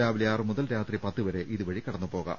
രാവിലെ ആറു മുതൽ രാത്രി പത്തുവരെ ഇതുവഴി കടന്നുപോകാം